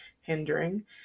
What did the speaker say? hindering